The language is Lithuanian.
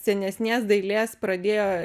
senesnės dailės pradėjo